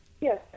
Yes